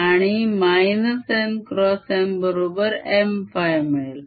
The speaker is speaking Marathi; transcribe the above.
आणि n x M बरोबर Mφ मिळेल